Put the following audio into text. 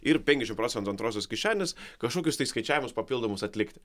ir penkiasdešimt procentų antrosios kišenės kažkokius tai skaičiavimus papildomus atlikti